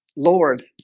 lord